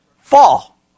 Fall